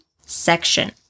section